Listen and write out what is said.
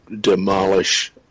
demolish